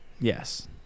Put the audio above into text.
Yes